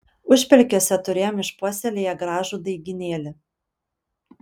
užpelkiuose turėjom išpuoselėję gražų daigynėlį